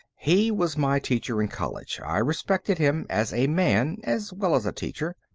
he was my teacher in college. i respected him as a man, as well as a teacher.